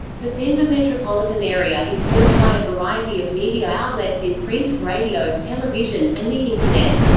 the denver metropolitan area is served by a variety of media outlets in print, radio, television, and the internet.